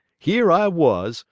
here i was,